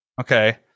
okay